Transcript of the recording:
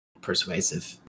persuasive